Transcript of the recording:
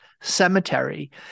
Cemetery